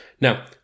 Now